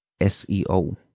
SEO